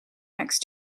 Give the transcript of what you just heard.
next